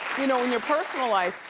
you know in your personal life,